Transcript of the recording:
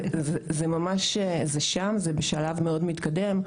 זה ממש שם, זה בשלב מאוד מתקדם,